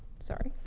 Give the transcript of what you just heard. sorry.